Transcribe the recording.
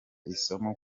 isomo